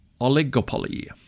oligopoly